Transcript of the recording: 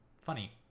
funny